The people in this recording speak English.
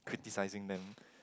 criticising them